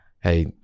Hey